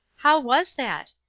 how was that?